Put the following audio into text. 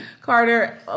Carter